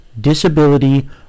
disability